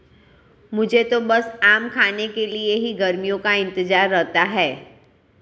मुझे तो बस आम खाने के लिए ही गर्मियों का इंतजार रहता है